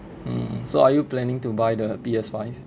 um so are you planning to buy the P_S five